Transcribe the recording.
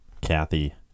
Kathy